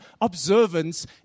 observance